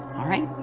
all right,